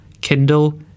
Kindle